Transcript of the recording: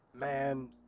Man